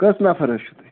کٔژ نَفَر حظ چھُو تُہۍ